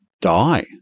die